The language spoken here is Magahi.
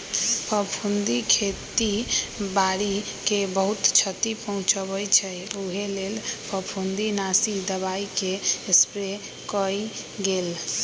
फफुन्दी खेती बाड़ी के बहुत छति पहुँचबइ छइ उहे लेल फफुंदीनाशी दबाइके स्प्रे कएल गेल